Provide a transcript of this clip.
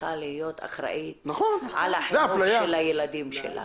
צריכה להיות אחראית על החינוך של הילדים שלנו.